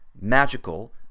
magical